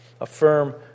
affirm